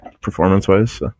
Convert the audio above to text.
performance-wise